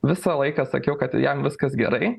visą laiką sakiau kad jam viskas gerai